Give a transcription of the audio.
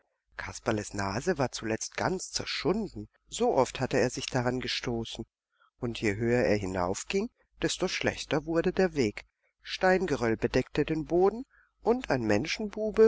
kasperles nase war zuletzt ganz zerschunden so oft hatte er sich daran gestoßen und je höher es hinaufging desto schlechter wurde der weg steingeröll bedeckte den boden und ein